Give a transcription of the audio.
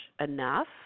enough